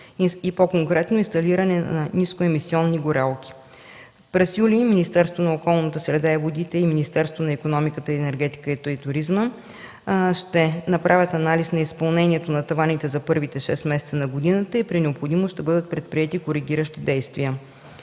и по-конкретно – инсталиране на нискоемисионни горелки. През месец юли Министерството на околната среда и водите и Министерството на икономиката, енергетиката и туризма ще направят анализ на изпълнението на таваните за първите шест месеца от годината и при необходимост ще бъдат предприети коригиращи действия.